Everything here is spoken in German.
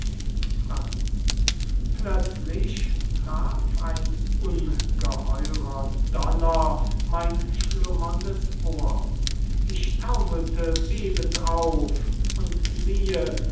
franz plözlich traf ein ungeheurer donner mein schlummerndes ohr ich taumelte bebend auf und siehe